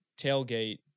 tailgate